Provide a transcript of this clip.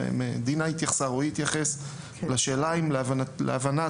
דינה ורועי התייחסו לשאלה: האם להבנת